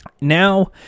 Now